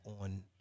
on